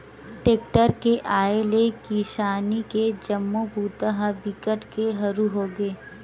tractor के आए ले किसानी के जम्मो बूता ह बिकट के हरू होगे